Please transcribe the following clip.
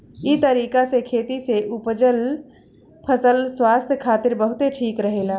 इ तरीका से खेती से उपजल फसल स्वास्थ्य खातिर बहुते ठीक रहेला